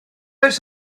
oes